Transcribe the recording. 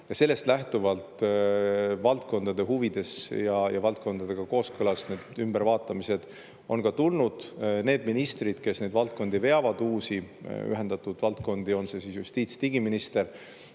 Ja sellest lähtuvalt valdkondade huvides ja valdkondadega kooskõlas need ümbervaatamised on tulnud. Ministrid, kes neid valdkondi veavad, uusi ühendatud valdkondi, on see siis justiits- ja digiminister